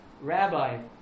rabbi